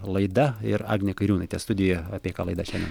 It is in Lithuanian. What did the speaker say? laida ir agnė kairiūnaitė studijoje apie ką laida šiandien